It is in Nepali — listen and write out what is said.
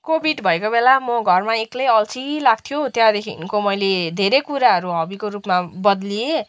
कोभिड भएको बेला म घरमा एक्लै अल्छी लाग्थ्यो त्यहाँदेखिको मैले धेरै कुराहरू हबीको रूपमा बद्लिएँ